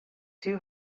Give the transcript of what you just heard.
two